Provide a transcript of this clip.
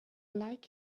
like